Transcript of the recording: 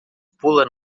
pula